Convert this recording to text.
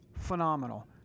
Phenomenal